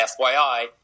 FYI